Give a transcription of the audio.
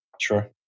Sure